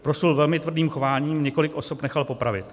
Proslul velmi tvrdým chováním, několik osob nechal popravit.